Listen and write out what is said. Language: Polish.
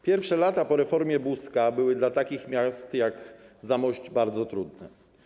Pierwsze lata po reformie Buzka były dla takich miast jak Zamość bardzo trudne.